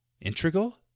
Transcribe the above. Integral